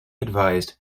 advised